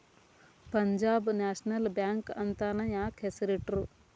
Punjab National Bank ಅಂತನ ಯಾಕ್ ಹೆಸ್ರಿಟ್ರು?